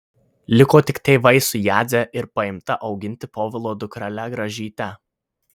liko tik tėvai su jadze ir paimta auginti povilo dukrele gražyte